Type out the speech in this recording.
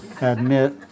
admit